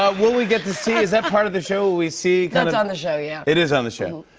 ah will we get to see is that part of the show? will we see kind of that's on the show, yeah. it is on the show.